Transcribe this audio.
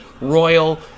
Royal